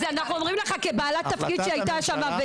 אני אומרת לך כבעלת תפקיד שהייתה שמה,